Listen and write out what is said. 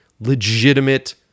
legitimate